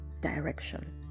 direction